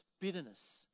bitterness